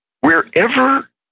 wherever